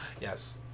yes